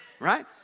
right